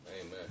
amen